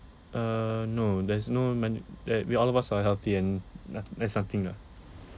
err no there's no man~ uh we all of us are healthy and noth~ there's nothing ah